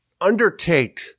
undertake